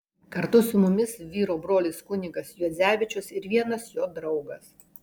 kartu su mumis vyro brolis kunigas juozevičius ir vienas jo draugas